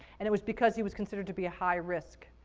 and it was because he was considered to be a high risk,